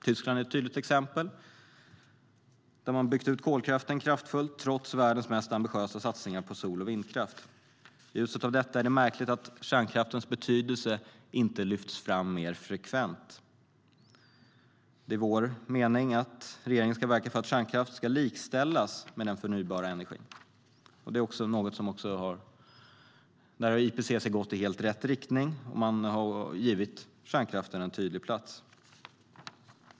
Tyskland är ett tydligt exempel, där man har byggt ut kolkraften kraftfullt trots världens mest ambitiösa satsningar på sol och vindkraft. I ljuset av detta är det märkligt att kärnkraftens betydelse inte lyfts fram mer frekvent. Det är vår mening att regeringen ska verka för att kärnkraft ska likställas med den förnybara energin. Där har IPCC gått i helt rätt riktning. Man har givit kärnkraften en tydlig plats.